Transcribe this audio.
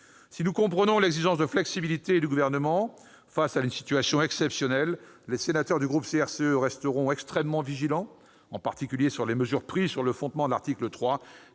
nous comprenons l'exigence de flexibilité qu'exprime le Gouvernement face à une situation exceptionnelle, mais les sénateurs du groupe CRCE resteront extrêmement vigilants, en particulier au sujet des mesures prises sur le fondement de l'article 3,